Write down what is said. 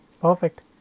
Perfect